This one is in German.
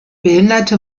behinderte